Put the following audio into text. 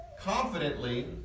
confidently